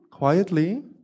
Quietly